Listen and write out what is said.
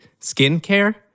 skincare